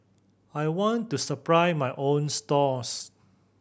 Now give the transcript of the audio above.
I want to supply my own stalls